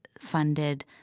funded